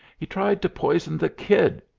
he tried to poison the kid!